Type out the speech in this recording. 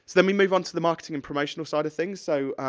then we move on to the marketing and promotional side of things, so,